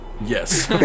Yes